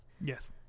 Yes